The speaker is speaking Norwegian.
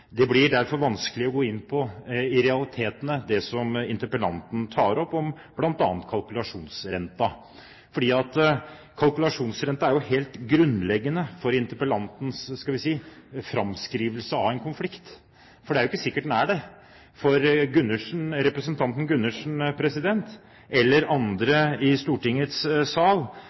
Det blir derfor vanskelig å gå inn i realitetene i det som interpellanten tar opp, om bl.a. kalkulasjonsrenten, for kalkulasjonsrenten er jo helt grunnleggende for interpellantens, skal vi si, framskrivelse av en konflikt, for det er jo ikke sikkert den er der. Representanten Gundersen eller andre i Stortingets sal